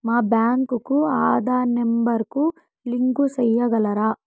మా బ్యాంకు కు ఆధార్ నెంబర్ కు లింకు సేయగలరా?